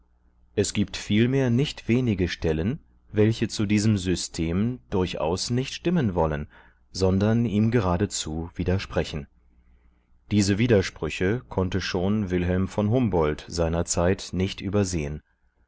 es gibt vielmehr nicht wenige stellen welche zu diesem system durchaus nicht stimmen wollen sondern ihm geradezu widersprechen diese widersprüche konnte schon w v humboldt s z nicht übersehen